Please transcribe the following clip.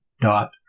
dot